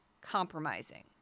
compromising